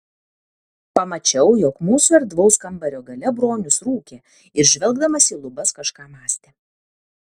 pamačiau jog mūsų erdvaus kambario gale bronius rūkė ir žvelgdamas į lubas kažką mąstė